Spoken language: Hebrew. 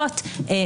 רכוש